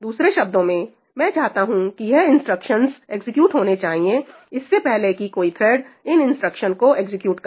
दूसरे शब्दों में मैं चाहता हूं कि यह इंस्ट्रक्शंस एग्जीक्यूट होने चाहिए इससे पहले की कोई थ्रेड इन इंस्ट्रक्शन को एग्जीक्यूट करे